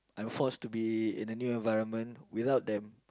I'm forced to be in a new environment without them